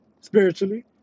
spiritually